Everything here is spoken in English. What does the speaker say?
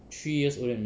three years older than me